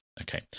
okay